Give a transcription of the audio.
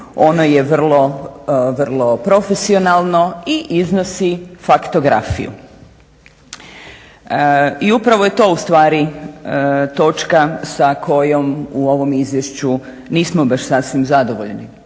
ono je vrlo profesionalno i iznosi faktografiju. I upravo je to ustvari točka sa kojom u ovom izvješću nismo baš sasvim zadovoljni,